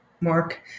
Mark